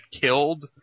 killed